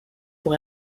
pour